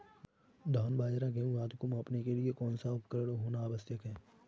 धान बाजरा गेहूँ आदि को मापने के लिए कौन सा उपकरण होना आवश्यक है?